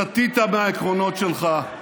סטית מהעקרונות שלך.